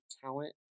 talent